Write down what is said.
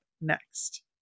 next